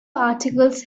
articles